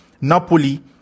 Napoli